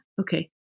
okay